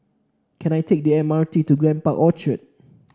can I take the M R T to Grand Park Orchard